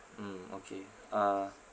mm okay uh